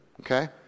okay